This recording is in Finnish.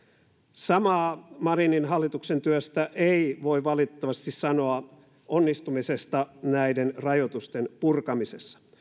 samaa marinin hallituksen työstä ei voi valitettavasti sanoa onnistumisessa näiden rajoitusten purkamisessa